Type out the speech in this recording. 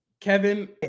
Kevin